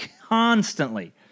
constantly